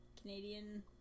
Canadian